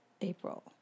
April